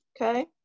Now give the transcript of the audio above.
Okay